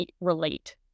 relate